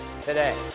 today